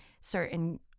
certain